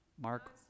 Mark